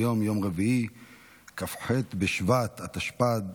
היום יום רביעי כ"ח בשבט התשפ"ד,